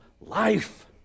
life